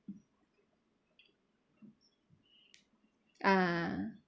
ah